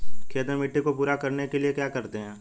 खेत में मिट्टी को पूरा करने के लिए क्या करते हैं?